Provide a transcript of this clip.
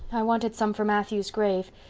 i wanted some for matthew's grave.